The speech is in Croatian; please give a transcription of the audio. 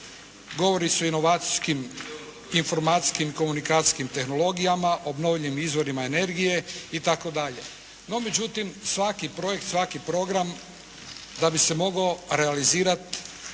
Govori se o inovacijskim, informacijskim, komunikacijskim tehnologijama, obnovljivim izvorima energije itd. No međutim, svaki projekt, svaki program da bi se mogao realizirati